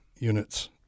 units